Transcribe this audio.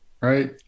right